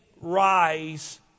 rise